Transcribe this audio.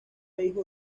hijo